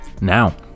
Now